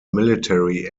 military